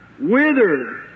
withered